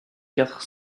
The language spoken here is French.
quatre